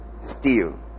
steel